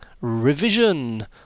revision